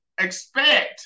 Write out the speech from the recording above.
expect